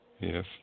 Yes